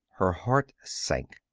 her heart sank.